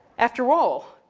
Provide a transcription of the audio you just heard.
after all,